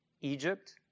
Egypt